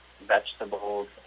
vegetables